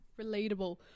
Relatable